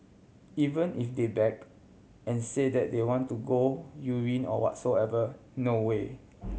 even if they beg and say that they want to go urine or whatsoever no way